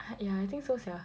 yeah I think so sia